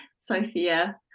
Sophia